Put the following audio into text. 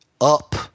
up